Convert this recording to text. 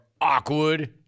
awkward